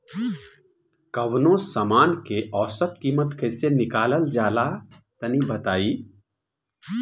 कवनो समान के औसत कीमत कैसे निकालल जा ला तनी बताई?